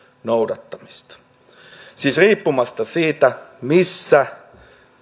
noudattamista riippumatta siitä missä